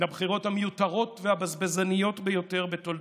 לבחירות המיותרות והבזבזניות ביותר בתולדותיה.